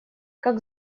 как